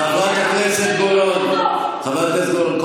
חברת הכנסת גולן, חברי הכנסת גולן.